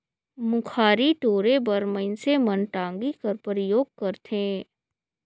मुखारी टोरे बर मइनसे मन टागी कर परियोग करथे